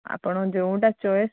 ଆପଣ ଯେଉଁଟା ଚଏସ୍